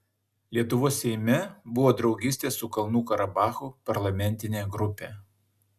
lietuvos seime buvo draugystės su kalnų karabachu parlamentinė grupė